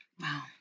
Wow